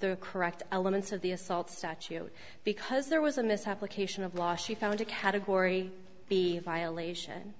the correct elements of the assault statute because there was a mishap location of law she found a category b violation